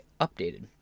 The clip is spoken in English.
Updated